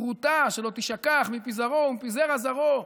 כרותה שלא תישכח מפי זרעו ומפי זרע זרעו.